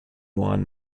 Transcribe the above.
wine